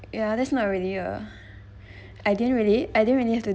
ya that's not uh really uh I didn't really I didn't really have to